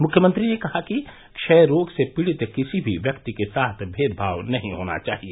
मुख्यमंत्री ने कहा कि क्षय रोग से पीड़ित किसी भी व्यक्ति के साथ भेदभाव नहीं होना चाहिए